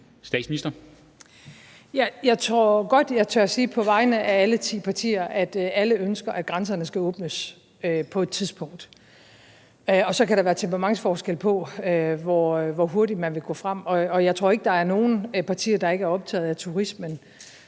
Frederiksen): Jeg tror godt, at jeg tør sige på vegne af alle ti partier, at alle ønsker, at grænserne skal åbnes på et tidspunkt, og så kan der være temperamentsforskelle med hensyn til, hvor hurtigt man vil gå frem. Og jeg tror ikke, at der er nogen partier, der ikke er optaget af turismen.